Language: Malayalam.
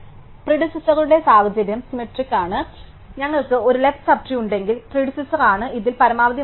പ്രിഡിസസറുടെ സാഹചര്യം സിമെട്രിക്കാണ് അതിനാൽ ഞങ്ങൾക്ക് ഒരു ലെഫ്റ് സബ് ട്രീ ഉണ്ടെങ്കിൽ പ്രിഡിസെസാർ ആണ് ഇതിൽ പരമാവധി മൂല്യം